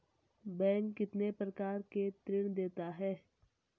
Bank कितने प्रकार के ऋण देता है?